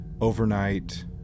overnight